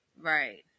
Right